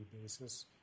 basis